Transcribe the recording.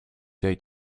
day